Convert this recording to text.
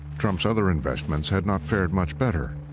trump's other investments had not fared much better.